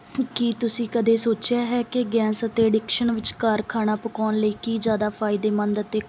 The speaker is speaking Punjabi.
ਕੀ ਤੁਸੀਂ ਕਦੇ ਸੋਚਿਆ ਹੈ ਕਿ ਗੈਸ ਅਤੇ ਅਡਿਕਸ਼ਨ ਵਿਚਕਾਰ ਖਾਣਾ ਪਕਾਉਣ ਲਈ ਕੀ ਜ਼ਿਆਦਾ ਫਾਇਦੇਮੰਦ ਅਤੇ